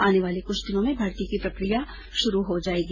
आने वाले कुछ दिनों में भर्ती की प्रकिया शुरू हो जायेगी